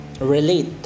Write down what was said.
relate